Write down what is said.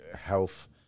health